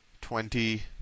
twenty